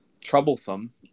troublesome